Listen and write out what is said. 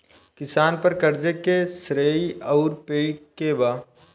किसान पर क़र्ज़े के श्रेइ आउर पेई के बा?